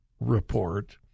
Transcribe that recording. report